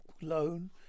loan